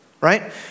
right